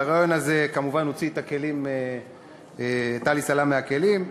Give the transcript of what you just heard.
והריאיון הזה כמובן הוציא את עלי סלאם מהכלים.